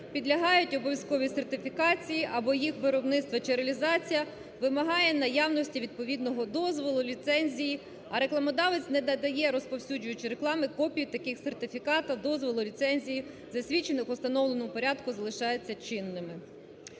підлягають обов'язковій сертифікації, або їх виробництво чи реалізація вимагає наявності відповідного дозволу, ліцензії, а рекламодавець недодає, розповсюджуючи рекламу, копію таких сертифікатів, дозволу, ліцензії, засвідчених у встановленому порядку, залишаються чинними.